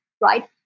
right